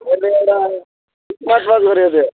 मैले एउटा गरेको थिएँ